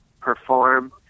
perform